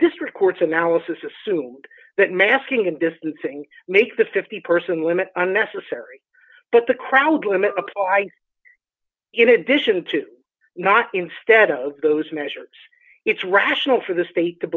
district court's analysis assumed that masking and distancing make the fifty person limit unnecessary but the crowd limits apply in addition to not instead of those measures it's rational for the